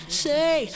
say